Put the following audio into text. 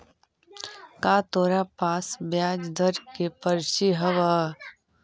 का तोरा पास ब्याज दर के पर्ची हवअ